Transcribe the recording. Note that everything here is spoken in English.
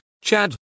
Chad